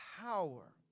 power